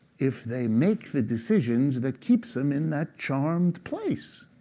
if they make the decisions that keeps them in that charmed place,